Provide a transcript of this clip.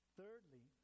thirdly